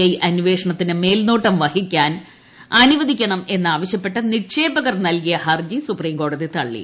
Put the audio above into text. I അന്വേഷണത്തിന് മേൽനോട്ടം വഹിക്കാൻ അനുവദിക്കണമെന്നാവശ്യപ്പെട്ട് നിക്ഷേപകർ നൽകിയ ഹർജി സുപ്രീം കോടതി തള്ളി